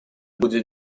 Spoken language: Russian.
будет